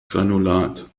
granulat